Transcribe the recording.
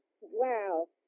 Wow